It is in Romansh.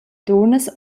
dunnas